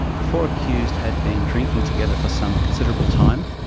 the four accused had been drinking together for some considerable time.